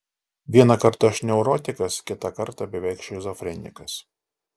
vieną kartą aš neurotikas kitą kartą beveik šizofrenikas